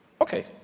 Okay